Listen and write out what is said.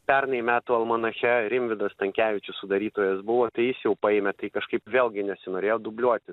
pernai metų almanache rimvydas stankevičius sudarytojas buvo tai jis jau paėmė tai kažkaip vėlgi nesinorėjo dubliuoti